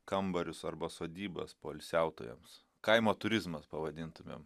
kambarius arba sodybas poilsiautojams kaimo turizmas pavadintumėm